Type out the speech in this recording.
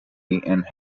and